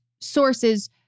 sources